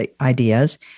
ideas